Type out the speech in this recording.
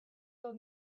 old